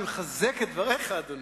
אני מחזק את דבריך, אדוני.